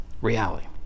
reality